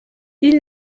ils